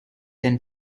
and